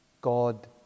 God